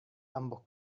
ambos